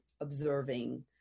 observing